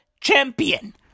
champion